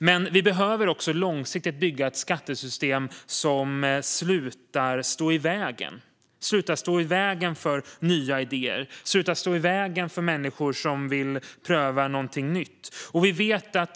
Men det vi också behöver göra är att långsiktigt bygga ett skattesystem som slutar stå i vägen för nya idéer och för människor som vill pröva någonting nytt.